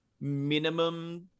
minimum